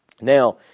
Now